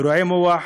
אירועי מוח,